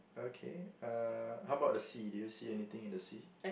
okay uh how about the sea did you see anything in the sea